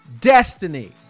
destiny